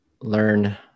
learn